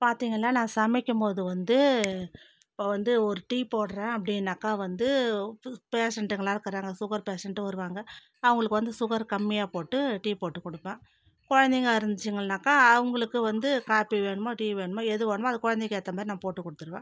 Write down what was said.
பார்த்தீங்கன்னா நான் சமைக்கபோது வந்து இப்போ வந்து ஒரு டீ போட்றேன் அப்படினாக்கா வந்து உப்பு பேஷண்ட்டுங்களாக இருக்கிறாங்க சுகர் பேஷண்ட்டும் வருவாங்கள் அவங்களுக்கு வந்து சுகர் கம்மியாக போட்டு டீ போட்டு கொடுப்பேன் குழந்தைங்கா இருந்துச்சுங்கள்னாக்கா அவங்களுக்கு வந்து காபி வேணுமா டீ வேணுமா எது வேணுமா அதை குழந்தைக்கு ஏற்ற மாதிரி நான் போட்டு கொடுத்துருவேன்